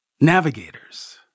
Navigators